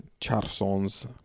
Charsons